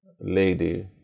Lady